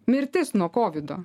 mirtis nuo kovido